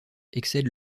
excède